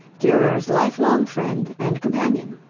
durer's life long friend and companion.